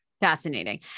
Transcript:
Fascinating